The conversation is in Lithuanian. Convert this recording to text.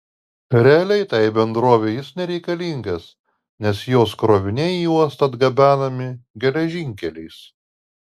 realiai tai bendrovei jis nereikalingas nes jos kroviniai į uostą atgabenami geležinkeliais